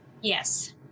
Yes